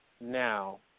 now